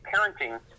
parenting